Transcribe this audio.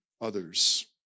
others